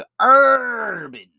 Urban